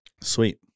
Sweet